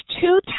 two